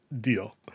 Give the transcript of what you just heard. deal